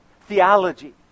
theology